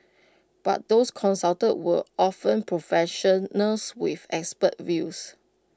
but those consulted were often professionals with expert views